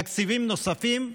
תקציבים נוספים,